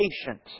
patient